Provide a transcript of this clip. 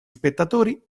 spettatori